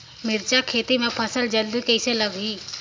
मिरचा खेती मां फल जल्दी कइसे लगही?